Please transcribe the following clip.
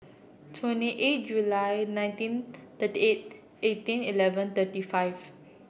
twenty eight July nineteen thirty eight eighteen eleven thirty five